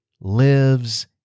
lives